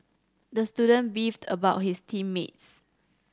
the student beefed about his team mates